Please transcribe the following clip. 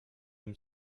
nim